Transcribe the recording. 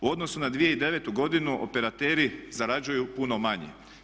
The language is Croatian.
U odnosu na 2009.godinu operateri zarađuju puno manje.